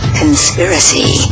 conspiracy